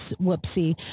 whoopsie